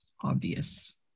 obvious